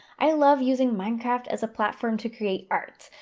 i love using minecraft as a platform to create art.